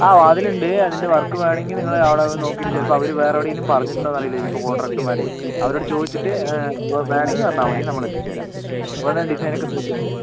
ആ വാതിൽ ഉണ്ട് അതിൻ്റെ വർക്ക് വേണമെങ്കിൽ നിങ്ങൾ അവിടെ നോക്കിയിട്ടു ചിലപ്പോൾ അവർ വേറെ എവിടെയെങ്കിലും പറഞ്ഞിട്ടുണ്ടോ എന്ന് അറിയില്ല ഇനി ഇപ്പോൾ കോൺട്രാക്റ്റർന്മാര് അവരോട് ചോദിച്ചിട്ട് വേണമെങ്കിൽ വന്നാൽമതി നമ്മൾ എത്തിച്ചു തരാം വന്ന് ഡിസൈൻ ഒക്കെ നോക്കിയിട്ട്